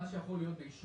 לא השארת